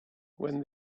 when